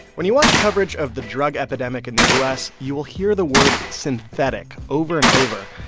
when you watch coverage of the drug epidemic in the u s, you will hear the word synthetic over and over.